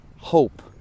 hope